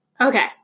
Okay